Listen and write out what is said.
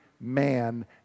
man